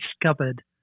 discovered